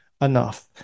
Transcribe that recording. enough